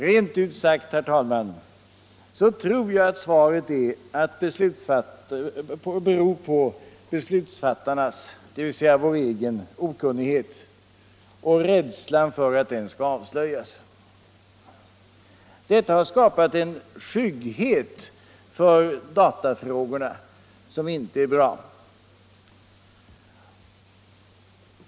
Rent ut sagt, herr talman, tror jag att svaret är att det beror på beslutsfattarnas — dvs. vår egen — okunnighet och rädsla för att den skall avslöjas. Detta har skapat en skygghet för datafrågorna som inte är bra.